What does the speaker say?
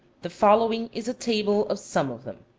the following is a table of some of them